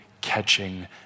catching